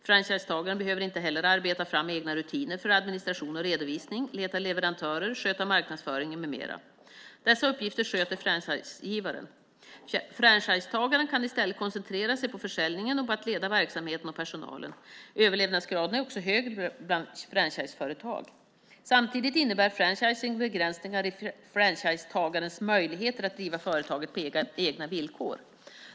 Franchisetagaren behöver inte heller arbeta fram egna rutiner för administration och redovisning, leta leverantörer, sköta marknadsföringen med mera. Dessa uppgifter sköter franchisegivaren. Franchisetagaren kan i stället koncentrera sig på försäljningen och på att leda verksamheten och personalen. Överlevnadsgraden är också högre bland franchiseföretag. Samtidigt innebär franchising begränsningar i franchisetagarens möjligheter att driva företaget på egna villkor.